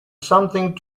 something